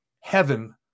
heaven